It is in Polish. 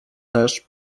też